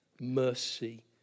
mercy